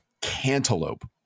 cantaloupe